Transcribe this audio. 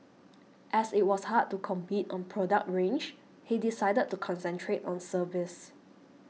as it was hard to compete on product range he decided to concentrate on service